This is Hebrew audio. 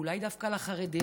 אולי דווקא לחרדים,